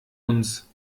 uns